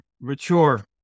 mature